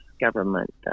government